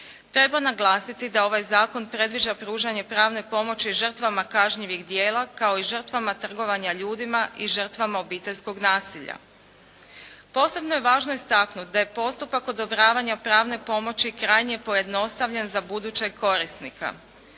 Treba naglasiti da ovaj zakon predviđa pružanje pravne pomoći žrtvama kažnjivih djela kao i žrtvama trgovanja ljudima i žrtvama obiteljskog nasilja. Posebno je važno istaknuti da je postupak odobravanja pravne pomoći krajnje pojednostavljen za budućeg korisnika.